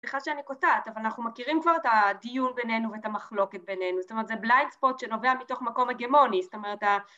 סליחה שאני קוטעת, אבל אנחנו מכירים כבר את הדיון בינינו ואת המחלוקת בינינו, זאת אומרת זה בליינד ספוט שנובע מתוך מקום הגמוני, זאת אומרת